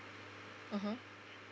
mmhmm